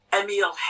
Emil